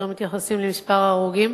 יותר מתייחסים למספר ההרוגים,